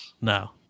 No